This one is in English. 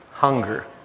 hunger